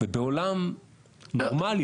בעולם נורמלי,